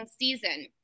season